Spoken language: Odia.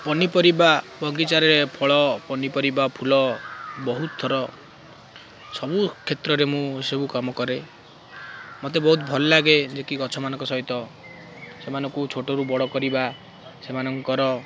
ପନିପରିବା ବଗିଚାରେ ଫଳ ପନିପରିବା ଫୁଲ ବହୁତ ଥର ସବୁ କ୍ଷେତ୍ରରେ ମୁଁ ଏସବୁ କାମ କରେ ମୋତେ ବହୁତ ଭଲ ଲାଗେ ଯେ କି ଗଛମାନଙ୍କ ସହିତ ସେମାନଙ୍କୁ ଛୋଟରୁ ବଡ଼ କରିବା ସେମାନଙ୍କର